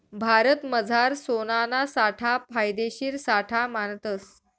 भारतमझार सोनाना साठा फायदेशीर साठा मानतस